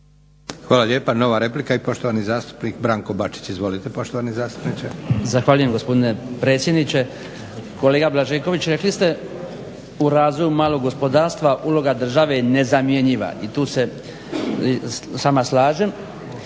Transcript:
Hvala lijepa. Nova replika i poštovani zastupnik Branko Bačić. Izvolite poštovani zastupniče. **Bačić, Branko (HDZ)** Zahvaljujem gospodine predsjedniče. Kolega Blažeković, rekli ste u razvoju malog gospodarstva uloga države je nezamjenjiva i tu se s vama slažem.